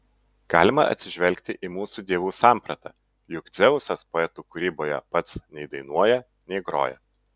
galima atsižvelgti į mūsų dievų sampratą juk dzeusas poetų kūryboje pats nei dainuoja nei groja